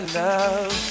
love